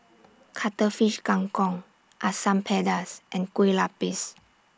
Cuttlefish Kang Kong Asam Pedas and Kue Lupis